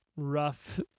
Rough